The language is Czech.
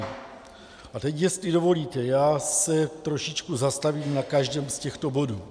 A teď, jestli dovolíte, se trošičku zastavím nad každým z těchto bodů.